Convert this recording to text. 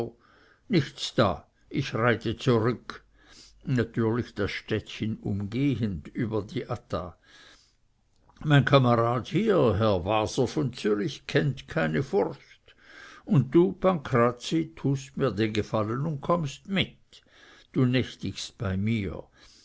nichts da ich reite zurück natürlich das städtchen umgehend über die adda mein kamerad hier herr waser von zürich kennt keine furcht und du pancrazi tust mir den gefallen und kommst mit du nächtigst bei mir